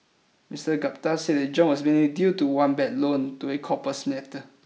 Mister Gupta said the jump was mainly due to one bad loan to a copper smelter